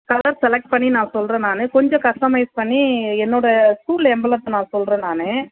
colour select பண்ணி நான் சொல்லுறேன் நான் கொஞ்சம் கஷ்டமைஸ்ட் பண்ணி என்னோட ஸ்கூல் எம்பலத்தை நான் சொல்லுறேன் நான்